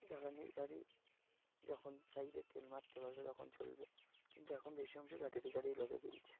জ্বালানির গাড়ি যখন চাইবে তেল মারতে পারবে তখন চলবে কিন্তু এখন বেশি অংশ ব্যাটারি গাড়িই লোকে কিনছে